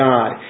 God